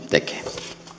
tekee